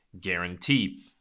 Guarantee